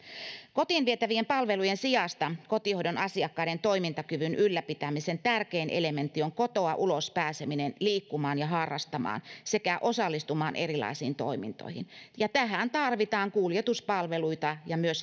kotiin vietävien palvelujen sijasta kotihoidon asiakkaiden toimintakyvyn ylläpitämisen tärkein elementti on kotoa ulos pääseminen liikkumaan ja harrastamaan sekä osallistumaan erilaisiin toimintoihin ja tähän tarvitaan kuljetuspalveluita ja myös